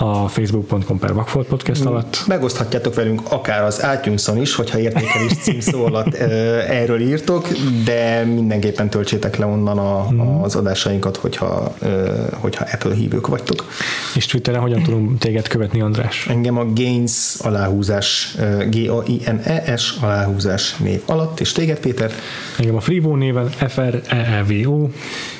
a facebook.com per Vagfolt Podcast alatt. Megoszthatjátok velünk akár az iTunes-on is, hogyha értékelés cím szó alatt, eh, erről írtok, de mindenképpen töltsétek le onnan a- Mhm. az adásainkat, hogyha, eh, hogyha Apple hívők vagytok. És Twitteren hogyan tudunk téged követni, András? Engem a Gaines aláhúzás, eh, G-A-I-N-E-S aláhúzás név alatt, és téged, Péter? Engem a Frivo néven, F-R-E-E-V-O.